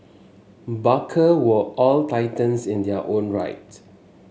barker were all titans in their own right